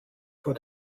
vor